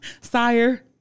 sire